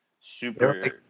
super